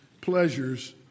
pleasures